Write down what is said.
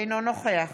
אינו נוכח